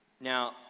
Now